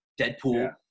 Deadpool